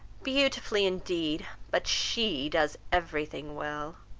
beautifully indeed! but she does every thing well.